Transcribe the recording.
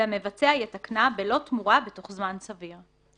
והמבצע יתקנה, בלא תמורה, בתוך זמן סביר.